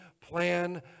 plan